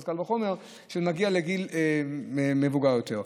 אז קל וחומר מי שמגיע לגיל מבוגר יותר.